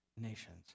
nations